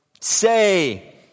say